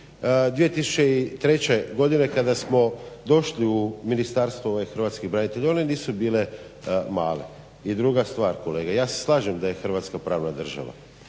2003. godine kada smo došli u Ministarstvo hrvatskih branitelja, one nisu bile male. I druga stvar kolega, ja se slažem da je Hrvatska pravna država